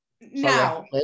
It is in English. Now